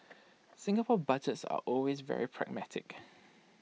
Singapore Budgets are always very pragmatic